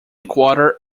quarter